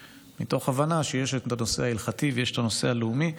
מתוך הבנה שיש את הנושא ההלכתי ויש את הנושא הלאומי,